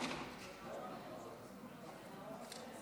להלן תוצאות